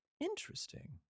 Interesting